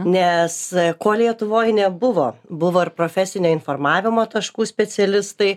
nes ko lietuvoj nebuvo buvo ir profesinio informavimo taškų specialistai